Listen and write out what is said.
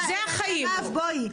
בסדר, אבל מירב, בואי.